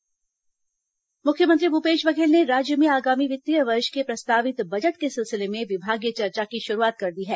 budget तैयारी मुख्यमंत्री भूपेश बघेल ने राज्य में आगामी वित्तीय वर्ष के प्रस्तावित बजट के सिलसिले में विभागीय चर्चा की शुरूआत कर दी है